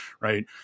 right